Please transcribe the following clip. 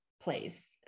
place